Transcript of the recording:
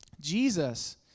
Jesus